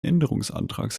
änderungsantrags